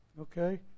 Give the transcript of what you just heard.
okay